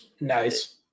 Nice